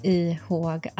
ihåg